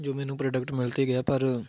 ਜੋ ਮੈਨੂੰ ਪ੍ਰੋਡਕਟ ਮਿਲ ਤਾਂ ਗਿਆ ਪਰ